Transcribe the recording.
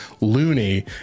loony